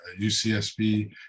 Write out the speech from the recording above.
UCSB